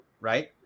right